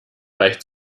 reicht